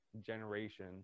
generation